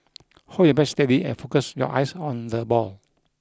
hold your bat steady and focus your eyes on the ball